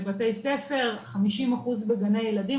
בבתי ספר 50% בגני ילדים.